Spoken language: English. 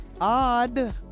odd